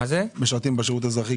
משרתים בשירות האזרחי.